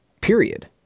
period